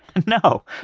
and no,